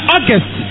August